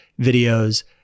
videos